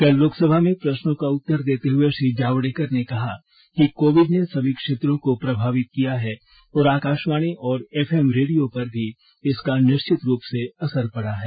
कल लोकसभा में प्रश्नों का उत्तर देते हुए श्री जावड़ेकर ने कहा कि कोविड ने सभी क्षेत्रों को प्रभावित किया है आकाशवाणी और एफएम रेडियो पर भी इसका निश्चित रूप से असर पड़ा है